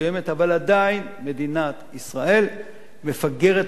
אבל עדיין מדינת ישראל מפגרת מאוד,